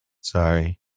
Sorry